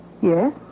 Yes